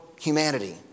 humanity